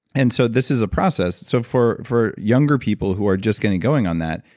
and so this is a process. so for for younger people who are just getting going on that,